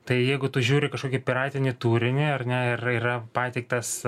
tai jeigu tu žiūri kažkokį piratinį turinį ar ne ir yra pateiktas